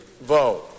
vote